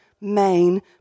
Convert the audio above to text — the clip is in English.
main